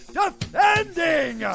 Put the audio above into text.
defending